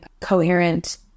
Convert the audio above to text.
coherent